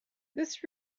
this